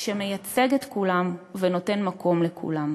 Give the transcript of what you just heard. שמייצג את כולם ונותן מקום לכולם.